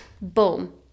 boom